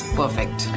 perfect